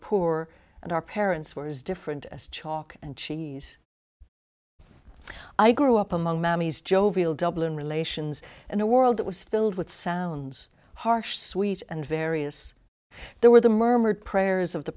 poor and our parents were as different as chalk and cheese i grew up among mammy's jovial dublin relations in a world that was filled with sounds harsh sweet and various there were the murmured prayers of the